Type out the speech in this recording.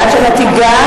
עד שאתה תיגש,